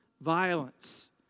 violence